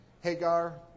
Hagar